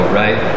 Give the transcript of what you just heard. right